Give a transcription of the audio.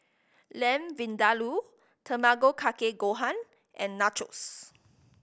Lamb Vindaloo Tamago Kake Gohan and Nachos